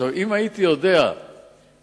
אם הייתי יודע שהקטנועים,